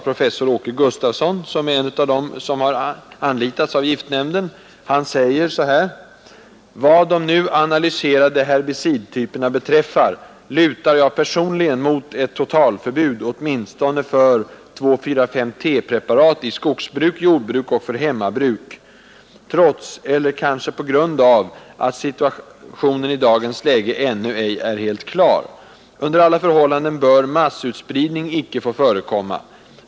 Professor Åke Gustafsson, som är en av dem som anlitats av giftnämnden, säger: ”Vad de nu analyserade herbicidtyperna beträffar, lutar jag personligen mot ett totalförbud åtminstone för 2,4,5-T-preparat i skogsbruk, jordbruk och för hemmabruk ——=— trots, eller kanske på grund av, att situationen i dagens läge ännu ej är helt klar. Under alla förhållanden bör massutspridning icke få förekomma.